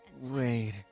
Wait